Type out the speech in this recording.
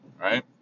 right